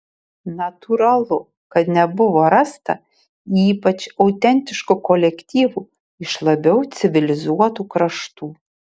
natūralu kad nebuvo rasta ypač autentiškų kolektyvų iš labiau civilizuotų kraštų